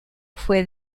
fue